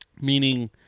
Meaning